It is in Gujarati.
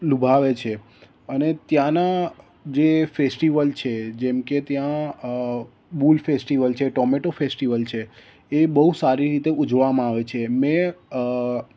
લુભાવે છે અને ત્યાંના જે ફેસ્ટિવલ છે જેમકે ત્યાં બુલ ફેસ્ટિવલ છે ટોમેટો ફેસ્ટિવલ છે એ બહુ સારી રીતે ઉજવવામાં આવે છે મેં